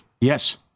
Yes